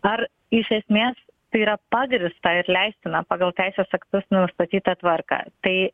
ar iš esmės tai yra pagrįsta ir leistina pagal teisės aktus nustatytą tvarką tai